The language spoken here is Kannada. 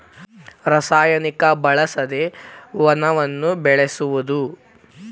ರಸಾಯನಿಕ ಬಳಸದೆ ವನವನ್ನ ಬೆಳಸುದು